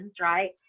right